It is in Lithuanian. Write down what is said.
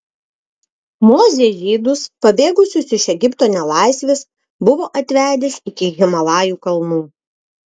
mozė žydus pabėgusius iš egipto nelaisvės buvo atvedęs iki himalajų kalnų